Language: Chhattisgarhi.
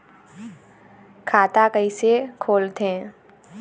खाता कइसे खोलथें?